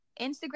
Instagram